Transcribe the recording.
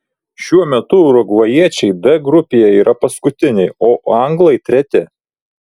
šiuo metu urugvajiečiai d grupėje yra paskutiniai o anglai treti